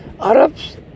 Arabs